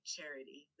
Charity